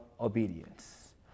obedience